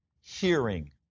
hearing